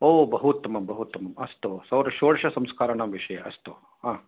ओ बहूत्तमं बहूत्तमम् अस्तु षोडशसंस्काराणां विषये अस्तु आम्